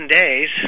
days